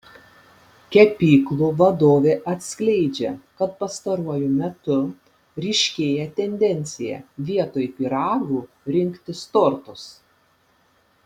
kepyklų vadovė atskleidžia kad pastaruoju metu ryškėja tendencija vietoj pyragų rinktis tortus